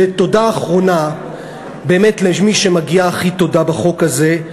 ותודה אחרונה באמת למי שמגיעה הכי תודה בחוק הזה: